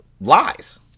lies